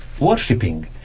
worshipping